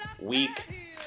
week